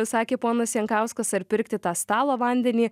sakė ponas jankauskas ar pirkti tą stalo vandenį